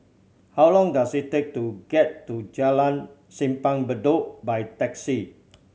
how long does it take to get to Jalan Simpang Bedok by taxi